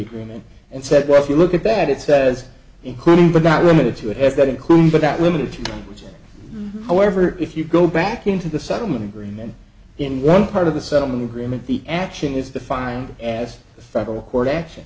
agreement and said well if you look at that it says including but not limited to it has got included that limiting which however if you go back into the settlement agreement in one part of the settlement agreement the action is defined as a federal court action